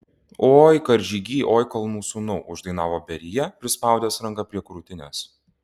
oi karžygy oi kalnų sūnau uždainavo berija prispaudęs ranką prie krūtinės